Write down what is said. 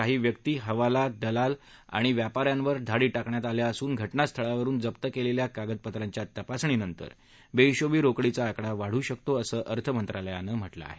काही व्यक्ती हवाला दलाल आणि व्यापाऱ्यांवर धाडी टाकण्यात आल्या असून घटनास्थळावरुन जप्त केलेल्या कागदपत्रांच्या तपासणीनंतर बेहिशोबी रोकडीचा आकडा वाढू शकतो असं अर्थमंत्रालयानं म्हटलं आहे